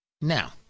now